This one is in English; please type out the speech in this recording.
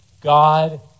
God